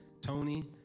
Tony